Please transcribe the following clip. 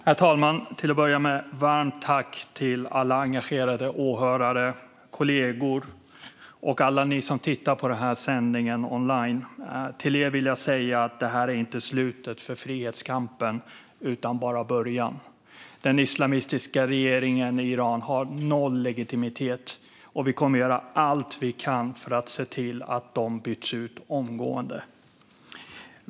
Herr talman! Till att börja med: Varmt tack till alla engagerade åhörare och kollegor och till alla som tittar på denna sändning online! Till er vill jag säga att detta inte är slutet för frihetskampen utan bara början. Den islamistiska regeringen i Iran har noll legitimitet, och vi kommer att göra allt vi kan för att se till att den byts ut omgående.